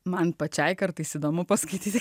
man pačiai kartais įdomu paskaityti